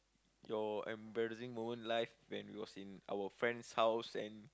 your embarrassing moment life when we was in our friend house and